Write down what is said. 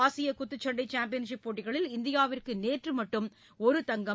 ஆசியகுத்துச்சண்டைசாம்பியன்சிப் போட்டிகளில் இந்தியாவிற்குநேற்றுமட்டும் ஒரு தங்கம்